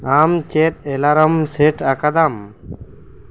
ᱟᱢ ᱪᱮᱫ alarm set ᱟᱠᱟᱫᱟᱢ